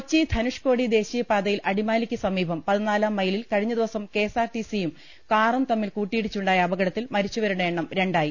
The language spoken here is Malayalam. കൊച്ചി ധനുഷ്കോടി ദേശീയപാതയിൽ അടിമാലിക്ക് സമീപം പതിനാലാം മൈലിൽ കഴിഞ്ഞദിവസം കെഎസ്ആർടിസി യൂം കാറും തമ്മിൽ കൂട്ടിയിടിച്ചുണ്ടായ അപകടത്തിൽ മരിച്ചവരുടെ എണ്ണം രണ്ടായി